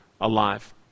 alive